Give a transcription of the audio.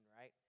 right